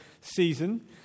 season